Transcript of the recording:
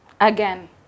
again